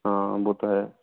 हाँ वो तो है